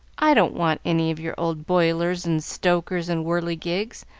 i don't want any of your old boilers and stokers and whirligigs.